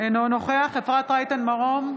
אינו נוכח אפרת רייטן מרום,